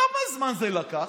כמה זמן זה לקח?